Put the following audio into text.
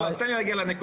אז תן לי להגיע לנקודה.